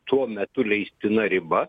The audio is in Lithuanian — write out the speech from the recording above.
tuo metu leistina riba